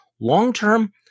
Long-term